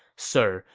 sir,